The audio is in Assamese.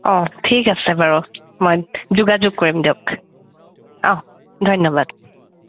অঁ ঠিক আছে বাৰু মই যোগাযোগ কৰিম দিয়ক অহ ধন্যবাদ